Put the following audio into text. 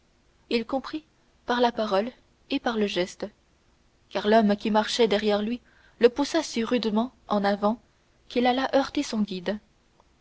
il comprit par la parole et par le geste car l'homme qui marchait derrière lui le poussa si rudement en avant qu'il alla heurter son guide